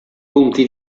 punti